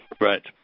Right